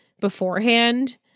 beforehand